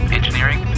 Engineering